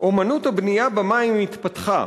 / אמנות הבנייה במים התפתחה.